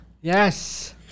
Yes